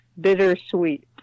bittersweet